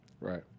Right